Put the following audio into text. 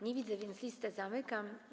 Nie widzę, więc listę zamykam.